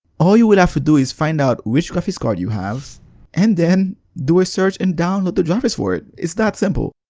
all you will have to do is find out which graphics card you have and then do a search and download the drivers for it! it's that simple!